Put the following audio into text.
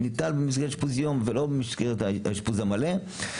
ניתן במסגרת אשפוז יום ולא במסגרת האשפוז המלא,